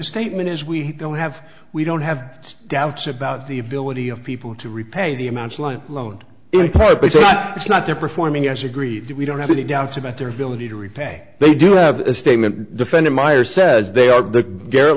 statement is we don't have we don't have doubts about the ability of people to repay the amounts like loan in part because it's not they're performing as agreed that we don't have any doubts about their ability to repay they do have a statement defending meyer says they are the